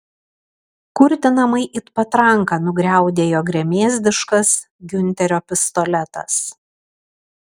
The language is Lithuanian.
kurtinamai it patranka nugriaudėjo gremėzdiškas giunterio pistoletas